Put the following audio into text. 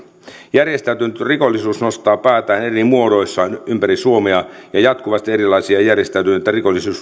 järjestäytynyt rikollisuus nostaa päätään eri muodoissaan ympäri suomea ja jatkuvasti erilaisia järjestäytyneitä